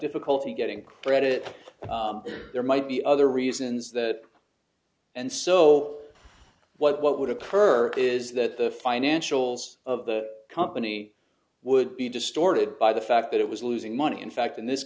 difficulty getting credit there might be other reasons that and so what would occur is that the financials of the company would be distorted by the fact that it was losing money in fact in this